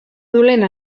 dolent